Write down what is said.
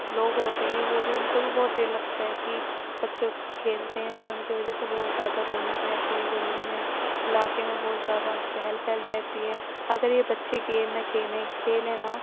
لوگ ہوتے ہیں وہ بھی ان کو بھی بہت دیر لگتا ہے کہ بچّوں کھیلتے ہیں تو ان کی وجہ سے بہت زیادہ رونق رہتی ہے گلی میں علاقے میں بہت زیادہ چہل پہل رہتی ہے اگر یہ بچّے گیم نہ کھیلے کھیلیں نا